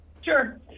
Sure